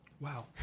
Wow